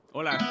Hola